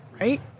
right